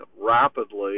rapidly